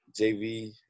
JV